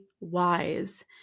wise